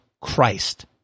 Christ